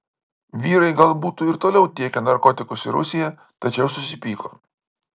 vyrai gal būtų ir toliau tiekę narkotikus į rusiją tačiau susipyko